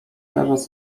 teraz